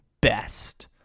Best